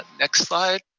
ah next slide.